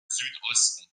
südosten